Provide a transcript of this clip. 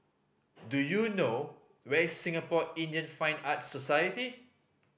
do you know where is Singapore Indian Fine Arts Society